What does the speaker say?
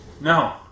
No